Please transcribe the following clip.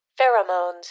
pheromones